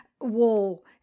wall